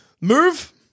move